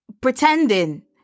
pretending